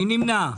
מי נמנע?